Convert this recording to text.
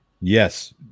Yes